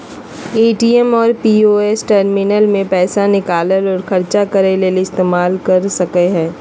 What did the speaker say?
ATM और POS terminal पर पैसा निकालय और ख़र्चा करय ले इस्तेमाल कर सकय हइ